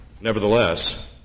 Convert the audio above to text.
Nevertheless